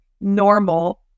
normal